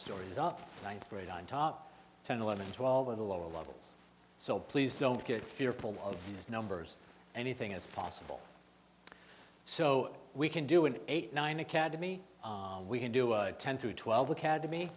stories up ninth grade on top ten eleven twelve of the lower levels so please don't get fearful of these numbers anything is possible so we can do an eight nine academy we can do a ten to twelve academy